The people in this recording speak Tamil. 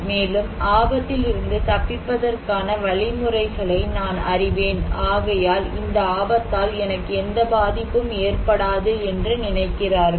மேலும் ஆபத்தில் இருந்து தப்பிப்பதற்கான வழிமுறைகளை நான் அறிவேன் ஆகையால் இந்த ஆபத்தால் எனக்கு எந்த பாதிப்பும் ஏற்படாது என்று நினைக்கிறார்கள்